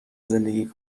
زندگی